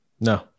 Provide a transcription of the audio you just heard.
No